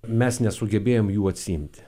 mes nesugebėjom jų atsiimti